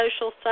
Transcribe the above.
social